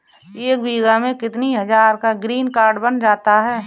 एक बीघा में कितनी हज़ार का ग्रीनकार्ड बन जाता है?